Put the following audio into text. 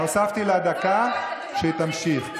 הוספתי לה דקה, שהיא תמשיך.